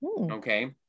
Okay